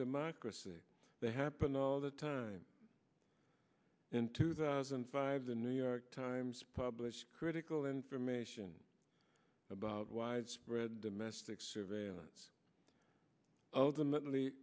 democracy they happen all the time in two thousand and five the new york times published critical information about widespread mesnick surveillance ultimately